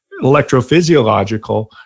electrophysiological